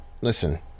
Listen